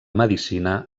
medicina